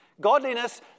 Godliness